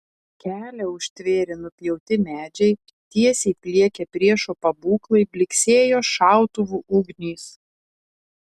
kelią užtvėrė nupjauti medžiai tiesiai pliekė priešo pabūklai blyksėjo šautuvų ugnys